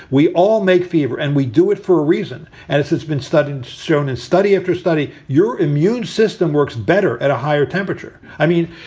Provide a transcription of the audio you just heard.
we all make fever. and we do it for a reason. and it's it's been studied, shown in study after study. your immune system works better at a higher temperature. i mean,